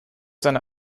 seine